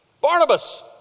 Barnabas